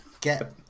get